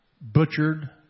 butchered